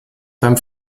beim